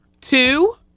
two